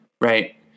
right